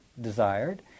desired